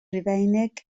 rufeinig